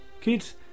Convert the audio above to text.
Kids